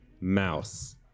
Mouse